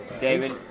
David